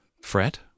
fret